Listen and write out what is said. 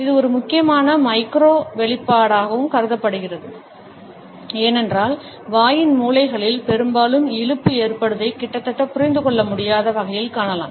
இது ஒரு முக்கியமான மைக்ரோ வெளிப்பாடாகவும் கருதப்படுகிறது ஏனென்றால் வாயின் மூலைகளில் பெரும்பாலும் இழுப்பு ஏற்படுவதை கிட்டத்தட்ட புரிந்துகொள்ள முடியாத வகையில் காணலாம்